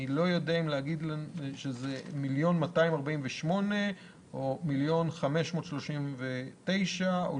אני לא יודע אם להגיד שזה 1,248,000 או 1,539,000 או